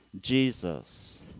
Jesus